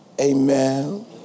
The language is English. Amen